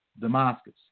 Damascus